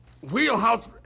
Wheelhouse